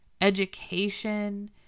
education